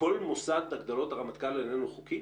כל מוסד הגדלות הרמטכ"ל איננו חוקי?